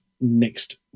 next